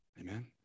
Amen